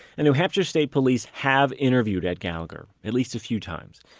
and new hampshire state police have interviewed ed gallagher, at least a few times.